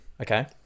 Okay